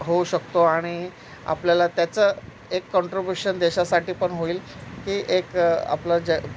होऊ शकतो आणि आपल्याला त्याचं एक कॉनट्रिब्युशन देशासाठीपण होईल की एक आपलं ज